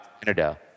Canada